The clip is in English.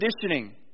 conditioning